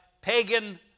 pagan